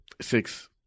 Six